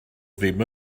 ddim